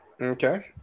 Okay